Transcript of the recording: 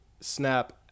snap